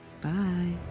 Bye